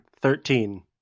Thirteen